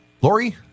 Lori